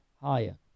higher